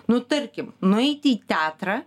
nu tarkim nueiti į teatrą